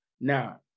Now